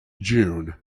june